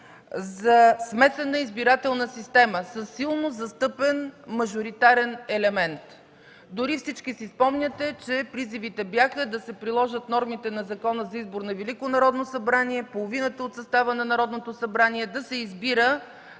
за смесена избирателна система със силно застъпен мажоритарен елемент. Дори всички си спомняте, че призивите бяха да се приложат нормите на Закона за избор на Велико Народно събрание, половината от състава на Народното събрание да се избира